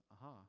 aha